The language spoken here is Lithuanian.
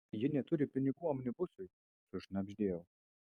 ji neturi pinigų omnibusui sušnabždėjau